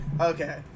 Okay